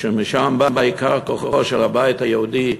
שמשם בא עיקר כוחו של הבית היהודי,